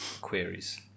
Queries